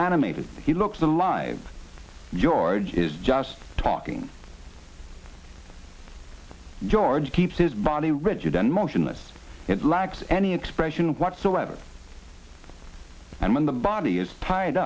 animated he looks alive george is just talking george keeps his body rigid and motionless it lacks any expression whatsoever and when the body is tired